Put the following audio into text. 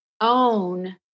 own